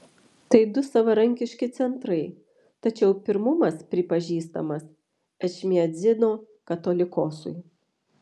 tai du savarankiški centrai tačiau pirmumas pripažįstamas ečmiadzino katolikosui